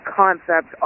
concept